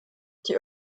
die